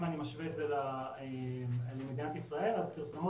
אם אני משווה את זה למדינת ישראל פרסומות